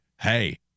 Hey